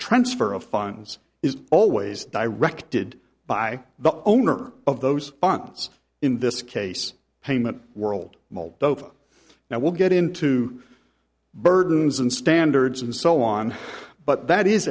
transfer of funds is always directed by the owner of those funds in this case payment world moldova now we'll get into burdens and standards and so on but that is